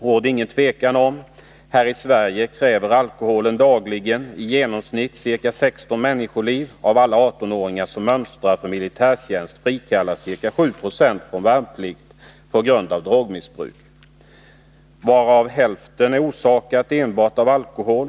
råder det inget tvivel om. Här i Sverige kräver alkoholen dagligen i genomsnitt ca 16 människoliv. Av alla 18-åringar som mönstrar för militärtjänst frikallas ca 7 70 från värnplikt på grund av drogmissbruk. I hälften av fallen är orsaken enbart alkohol.